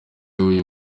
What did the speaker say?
w’uyu